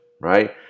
right